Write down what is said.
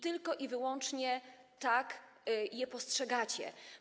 Tylko i wyłącznie tak je postrzegacie.